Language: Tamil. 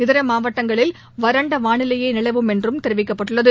இதர மாவட்டங்களில் வறண்ட வானிலையே நிலவும் என்றும் தெரிவிக்கப்பட்டுள்ளது